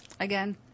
Again